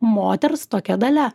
moters tokia dalia